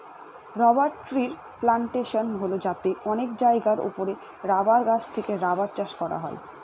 rubber ট্রির plantation হল যাতে অনেক জায়গার ওপরে রাবার গাছ থেকে রাবার চাষ করা হয়